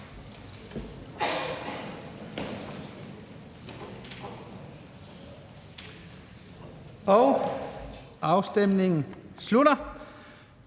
og afstemningen starter.